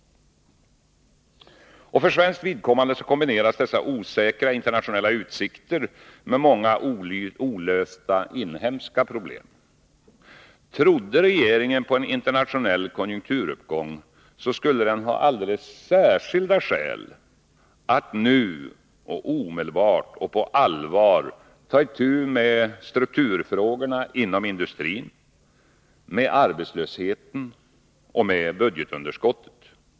För svenskt vidkommande kombineras dessa osäkra internationella utsikter med många olösta inhemska problem. Trodde regeringen på en internationell konjunkturuppgång, skulle den ha alldeles särskilda skäl att nu, omedelbart och på allvar ta itu med strukturfrågorna inom industrin, med arbetslösheten och med budgetunderskottet.